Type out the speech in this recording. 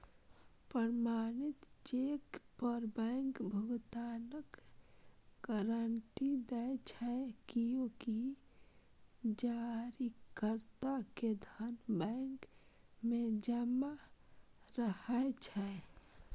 प्रमाणित चेक पर बैंक भुगतानक गारंटी दै छै, कियैकि जारीकर्ता के धन बैंक मे जमा रहै छै